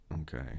Okay